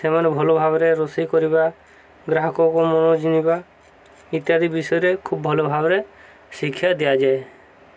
ସେମାନେ ଭଲ ଭାବରେ ରୋଷେଇ କରିବା ଗ୍ରାହକଙ୍କ ମନ ଜଣିବା ଇତ୍ୟାଦି ବିଷୟରେ ଖୁବ୍ ଭଲ ଭାବରେ ଶିକ୍ଷା ଦିଆଯାଏ